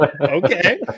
okay